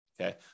okay